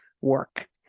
work